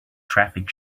traffic